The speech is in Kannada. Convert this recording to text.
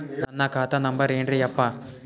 ನನ್ನ ಖಾತಾ ನಂಬರ್ ಏನ್ರೀ ಯಪ್ಪಾ?